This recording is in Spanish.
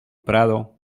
prado